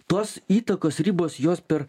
tos įtakos ribos jos per